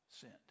sinned